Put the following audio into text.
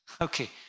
Okay